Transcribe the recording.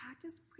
practice